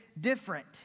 different